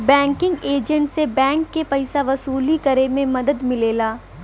banking agent से bank के पइसा वसूली करे में मदद मिलेला